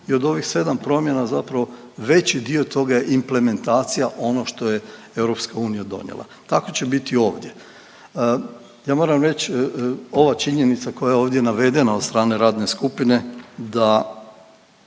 i od ovih 7 promjena zapravo veći dio toga je implementacija onoga što je EU donijela. Tako će biti i ovdje. Ja moram reći, ova činjenica koja je ovdje navedena od strane radne skupine, da